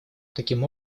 таким